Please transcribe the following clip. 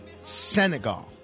Senegal